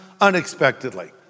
unexpectedly